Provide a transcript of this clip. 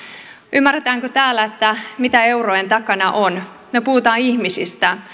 ymmärretäänkö täällä mitä eurojen takana on me puhumme ihmisistä